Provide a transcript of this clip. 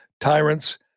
tyrants